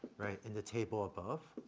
right, in the table above,